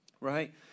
right